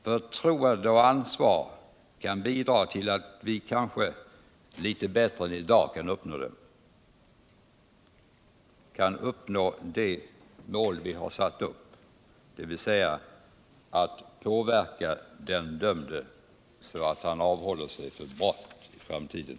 Förtroende och ansvar kan bidra till att vi kanske litet bättre än hittills uppnår det mål vi har satt upp, dvs. att påverka den dömde så att han avhåller sig från brott i framtiden.